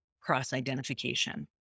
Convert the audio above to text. cross-identification